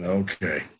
okay